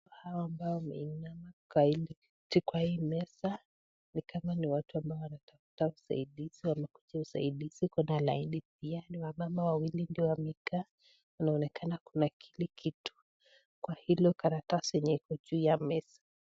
Hawa ambao wameinama katika hii meza, ni kama ni watu ambao wanatafuta wasaidizi wamekuja usaidizi. Kwa na laini pia, ni wamama wawili ndio wamekaa. Wanaonekana kuna kile kitu kwa hilo karatasi yenye iko juu ya meza.